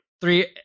Three